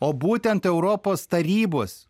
o būtent europos tarybos